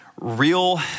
real